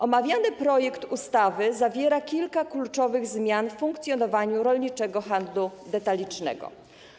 Omawiany projekt ustawy zawiera kilka kluczowych zmian w funkcjonowaniu rolniczego handlu detalicznego.